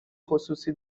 خصوصی